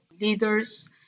leaders